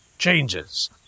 changes